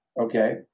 Okay